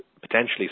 potentially